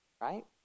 right